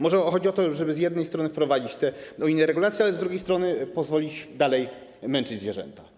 Może chodzi o to, żeby z jednej strony wprowadzić te inne regulacje, a z drugiej strony pozwolić dalej męczyć zwierzęta?